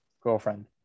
girlfriend